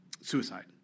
suicide